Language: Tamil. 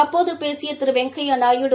ஆப்போது பேசிய திரு வெங்கையா நாயுடு